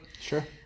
Sure